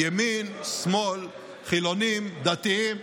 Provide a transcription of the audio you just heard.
ימין, שמאל, חילונים, דתיים,